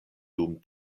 dum